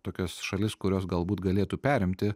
tokias šalis kurios galbūt galėtų perimti